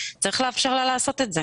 צריך לאפשר לה לעשות את זה.